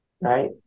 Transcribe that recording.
Right